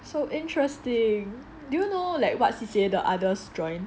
so interesting do you know like what C_C_A the others joined